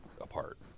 apart